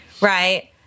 Right